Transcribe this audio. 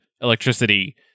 electricity